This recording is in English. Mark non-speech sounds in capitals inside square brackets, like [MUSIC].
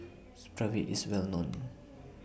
[NOISE] Supravit IS A Well known